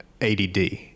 ADD